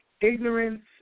Ignorance